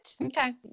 Okay